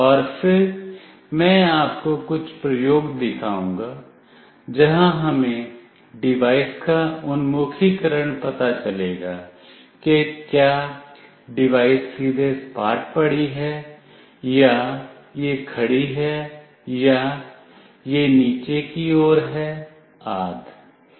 और फिर मैं आपको कुछ प्रयोग दिखाऊंगा जहां हमें डिवाइस का उन्मुखीकरण पता चलेगा कि क्या डिवाइस सीधे सपाट पड़ी है या यह खड़ी है या यह नीचे की ओर है आदि